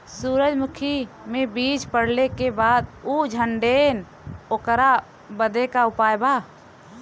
सुरजमुखी मे बीज पड़ले के बाद ऊ झंडेन ओकरा बदे का उपाय बा?